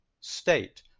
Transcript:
state